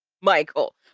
michael